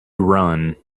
run